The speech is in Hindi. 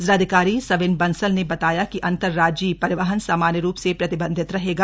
जिलाधिकारी सविन बंसल ने बताया कि अंतरराज्यीय परिवहन सामान्य रूप से प्रतिबंधित रहेगा